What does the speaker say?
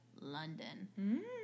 London